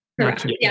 Correct